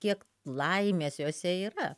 kiek laimės jose yra